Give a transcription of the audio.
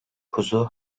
kuzu